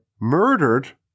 murdered